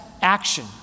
action